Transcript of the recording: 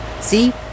See